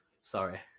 Sorry